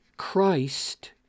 Christ